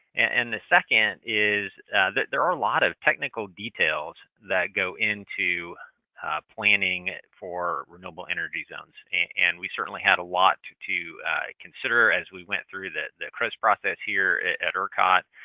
and the second is that there are a lot of technical details that go into planning for renewable energy zones, and we certainly had a lot to to consider as we went through the crez process here at ercot.